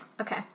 Okay